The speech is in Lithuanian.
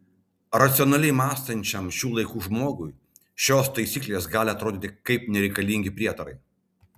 racionaliai mąstančiam šių laikų žmogui šios taisyklės gali atrodyti kaip nereikalingi prietarai